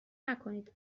نکنید